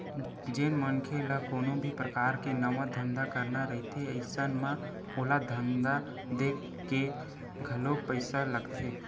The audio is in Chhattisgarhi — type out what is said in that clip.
जेन मनखे ल कोनो भी परकार के नवा धंधा करना रहिथे अइसन म ओला धंधा देखके घलोक पइसा लगथे